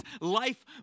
life